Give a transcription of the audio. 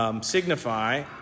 Signify